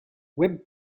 webb